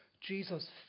Jesus